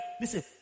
Listen